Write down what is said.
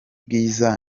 bwiza